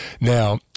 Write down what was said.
Now